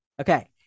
okay